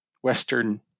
Western